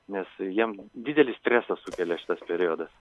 nes jiem didelį stresą sukelia šitas periodas